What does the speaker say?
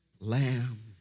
lamb